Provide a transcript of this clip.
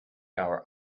our